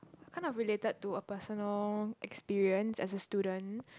kind of related to a personal experience as a student